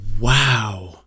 Wow